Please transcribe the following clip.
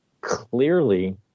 clearly